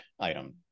item